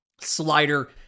slider